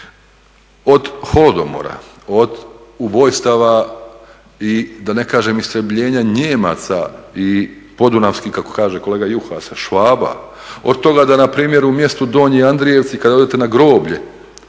Od holodomora, od ubojstava i da ne kažem istrebljenja Nijemaca i podunavski kako kaže kolega Juhas Švaba, od toga da npr. u mjestu Donji Andrijevci kad odete na groblje